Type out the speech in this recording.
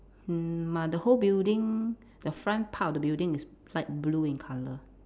mm the whole building the front part of the building is light blue in colour